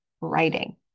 writing